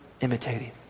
imitating